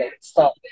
stop